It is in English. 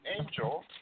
angel